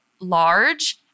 large